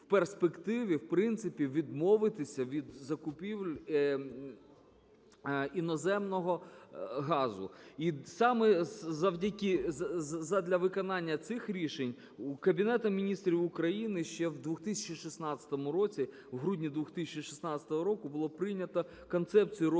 в принципі, відмовитися від закупівель іноземного газу. І саме задля виконання цих рішень Кабінетом Міністрів України ще у 2016 році, в грудні 2016 року, було прийнято Концепцію розвитку